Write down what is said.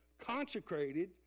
consecrated